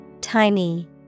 Tiny